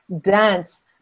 dance